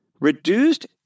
reduced